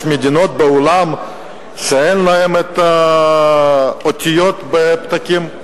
מדינות בעולם שאין להן אותיות בפתקים,